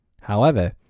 However